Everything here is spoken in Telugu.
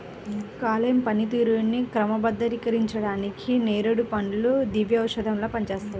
కాలేయం పనితీరుని క్రమబద్ధీకరించడానికి నేరేడు పండ్లు దివ్యౌషధంలా పనిచేస్తాయి